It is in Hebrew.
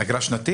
זו אגרה שנתית?